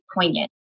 poignant